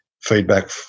feedback